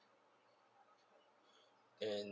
and